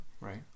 Right